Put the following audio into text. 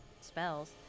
spells